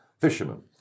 fishermen